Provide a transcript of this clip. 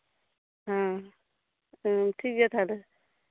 ᱦᱮᱸ ᱴᱷᱤᱠᱜᱮᱭᱟ ᱛᱟᱦᱞᱮ